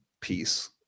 piece